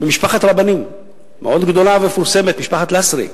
ממשפחת רבנים מאוד גדולה ומפורסמת, משפחת לסרי.